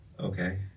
Okay